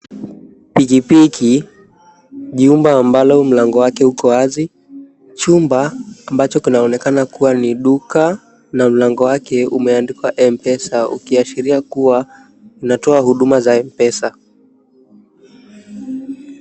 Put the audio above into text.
Pikipiki, nyumba ambalo mlango wake uko wazi, chumba ambacho kunaonekana kuwa na duka na mlango wake umeandikwa mpesa ukiashilia kuwa inatoa huduma za mpesa.